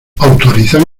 autorizan